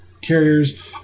carriers